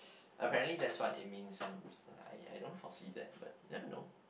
apparently that's what it means some I I I don't foresee that but I don't know